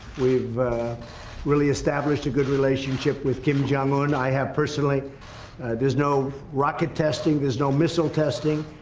we've really established a good relationship with kim. jong-un. i have personally there's no rocket testing there's no missile testing.